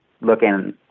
looking